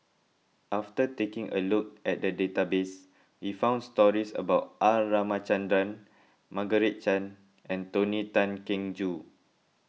after taking a look at the database we found stories about R Ramachandran Margaret Chan and Tony Tan Keng Joo